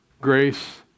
grace